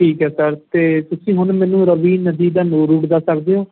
ਠੀਕ ਹੈ ਸਰ ਅਤੇ ਤੁਸੀਂ ਹੁਣ ਮੈਨੂੰ ਰਵੀ ਨਦੀ ਦਾ ਨੂ ਰੂਟ ਦੱਸ ਸਕਦੇ ਹੋ